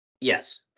Yes